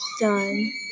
done